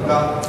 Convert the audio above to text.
תודה.